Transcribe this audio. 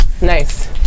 Nice